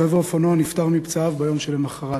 רוכב האופנוע נפטר מפצעיו ביום שלמחרת.